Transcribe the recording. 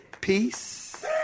peace